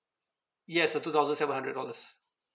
yes the two thousand seven hundred dollars